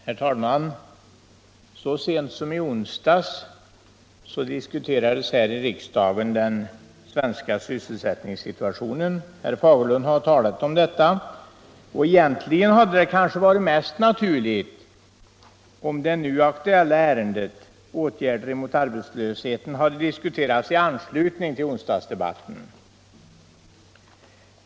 Herr talman! Så sent som i onsdags diskuterades här i riksdagen den svenska sysselsättningssituationen. Herr Fagerlund har talat om detta, och egentligen hade det kanske varit mest naturligt om det nu aktuella ärendet — åtgärder mot arbetslösheten — hade diskuterats i anslutning till onsdagsdebatten.